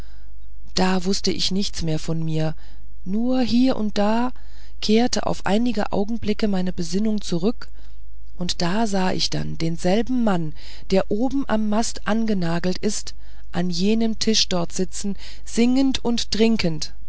da wußte ich nichts mehr von mir nur hie und da kehrte auf einige augenblicke meine besinnung zurück und da sah ich dann denselben mann der oben am mast angenagelt ist an jenem tisch dort sitzen singend und trinkend